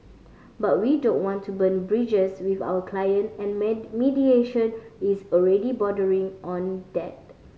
but we don't want to burn bridges with our client and mediation is already bordering on that